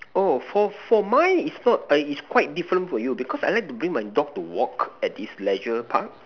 oh for for mine is not eh is quite different for you because I like to bring my dog to walk at this Leisure Park